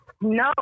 no